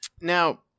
Now